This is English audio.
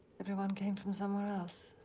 everyone came from somewhere else.